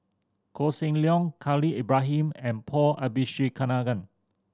Koh Seng Leong Khalil Ibrahim and Paul Abisheganaden